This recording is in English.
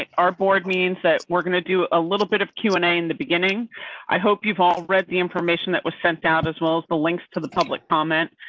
our board means that we're gonna do a little bit of q, and a, in the beginning i hope you've all read the information that was sent out as well as the links to the public comment.